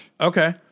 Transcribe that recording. Okay